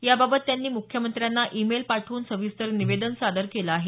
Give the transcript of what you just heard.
याबाबत त्यांनी मुख्यमंत्र्यांना ई मेल पाठवून सविस्तर निवेदन सादर केलं आहे